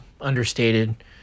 understated